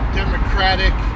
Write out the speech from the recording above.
democratic